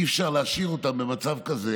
אי-אפשר להשאיר אותם במצב כזה.